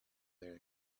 their